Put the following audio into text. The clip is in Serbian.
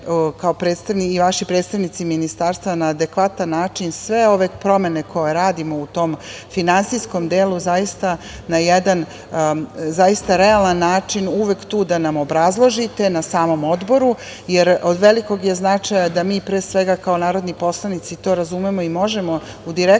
kao predstavnici ministarstva na adekvatan način sve ove promene koje radimo u tom finansijskom delu, zaista na jedan realan način uvek tu da nam obrazložite na samom odboru, jer od velikog je značaja da mi, pre svega kao narodni poslanici to razumemo i možemo u direktnom